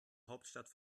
hauptstadt